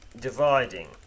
dividing